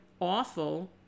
awful